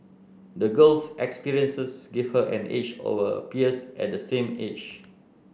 the girl's experiences gave her an edge over her peers at the same age